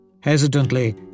Hesitantly